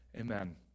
Amen